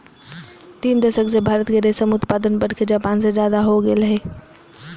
तीन दशक से भारत के रेशम उत्पादन बढ़के जापान से ज्यादा हो गेल हई